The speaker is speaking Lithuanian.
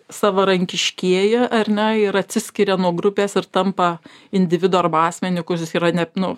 savarankiškėja ar ne ir atsiskiria nuo grupės ir tampa individu arba asmeniu kuris yra net nu